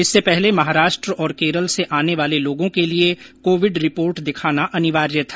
इससे पहले महाराष्ट्र और केरल से आने वाले लोगों के लिए कोविड रिपोर्ट दिखाना अनिवार्य था